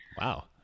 Wow